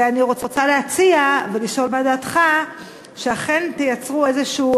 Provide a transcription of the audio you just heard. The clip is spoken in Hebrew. ואני רוצה להציע ולשאול מה דעתך על כך שאכן תייצרו איזשהו